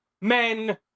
men